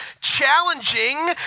challenging